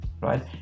right